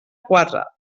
quatre